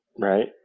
right